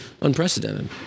unprecedented